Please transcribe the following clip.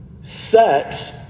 Sex